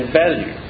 value